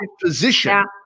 position